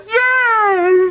yes